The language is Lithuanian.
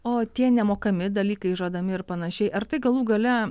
o tie nemokami dalykai žadami ir panašiai ar tai galų gale